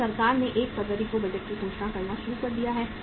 अब सरकार ने 1 फरवरी को बजट की घोषणा करना शुरू कर दिया है